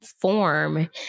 form